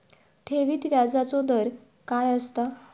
ठेवीत व्याजचो दर काय असता?